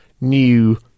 new